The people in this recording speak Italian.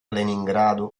leningrado